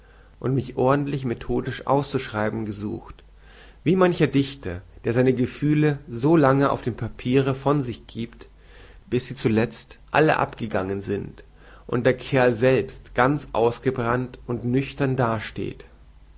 und mich ordentlich methodisch auszuschreiben gesucht wie mancher dichter der seine gefühle so lange auf dem papiere von sich giebt bis sie zuletzt alle abgegangen sind und der kerl selbst ganz ausgebrannt und nüchtern dasteht